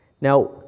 Now